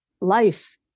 life